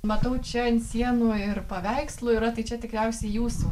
matau čia ant sienų ir paveikslų yra tai čia tikriausiai jūsų